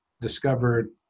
discovered